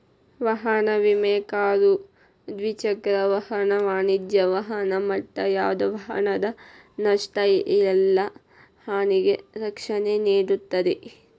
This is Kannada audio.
ವಾಹನ ವಿಮೆ ಕಾರು ದ್ವಿಚಕ್ರ ವಾಹನ ವಾಣಿಜ್ಯ ವಾಹನ ಮತ್ತ ಯಾವ್ದ ವಾಹನದ ನಷ್ಟ ಇಲ್ಲಾ ಹಾನಿಗೆ ರಕ್ಷಣೆ ನೇಡುತ್ತದೆ